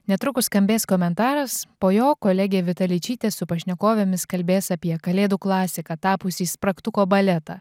netrukus skambės komentaras po jo kolegė vita ličytė su pašnekovėmis kalbės apie kalėdų klasika tapusį spragtuko baletą